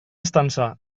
estança